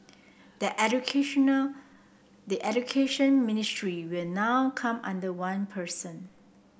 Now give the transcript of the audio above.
the educational the Education Ministry will now come under one person